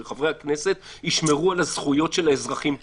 שחברי הכנסת ישמרו על הזכויות של האזרחים פה.